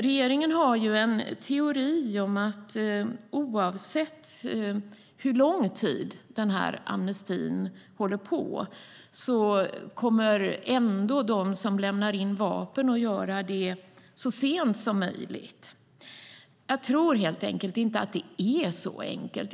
Regeringen har en teori om att oavsett hur lång tid amnestin pågår kommer ändå de som lämnar in vapen att göra det så sent som möjligt. Jag tror helt enkelt inte att det är så enkelt.